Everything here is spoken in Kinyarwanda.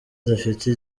adafite